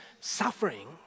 suffering